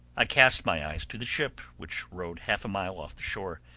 i cast my eyes to the ship, which rode half a mile off the shore,